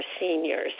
seniors